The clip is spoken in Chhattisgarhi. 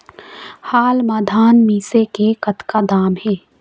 हाल मा धान मिसे के कतका दाम हे?